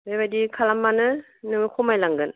बेबादि खालामबानो नोङो खमायलांगोन